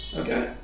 okay